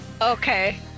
okay